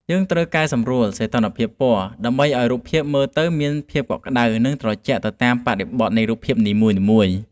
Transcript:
យើងត្រូវកែសម្រួល សីតុណ្ហភាពពណ៌ ដើម្បីឱ្យរូបភាពមើលទៅមានភាពកក់ក្ដៅ ឬត្រជាក់ទៅតាមបរិបទនៃរូបភាពនីមួយៗ។